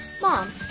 Mom